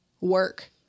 work